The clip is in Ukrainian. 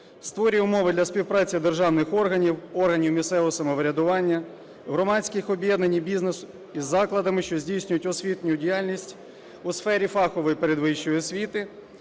створює умови для співпраці державних органів, органів місцевого самоврядування, громадських об'єднань і бізнес-закладів, що здійснюють освітню діяльність у сфері фахової передвищої освіти